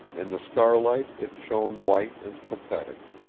in the starlight it shone white and pathetic.